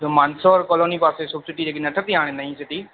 त मानसरोवर कॉलोनी पासे सुठी जेकी न ठती आहे हाणे नई सिटी